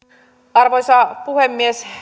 arvoisa puhemies